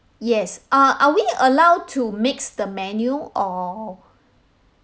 yes uh are we allowed to mix the menu or